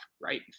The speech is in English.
right